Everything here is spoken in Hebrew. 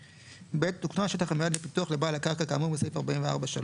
(ב) הוקנה השטח המיועד לפיתוח לבעל הקרקע כאמור בסעיף 44(3),